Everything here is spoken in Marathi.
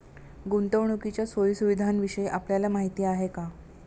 गुंतवणुकीच्या सोयी सुविधांविषयी आपल्याला माहिती आहे का?